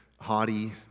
haughty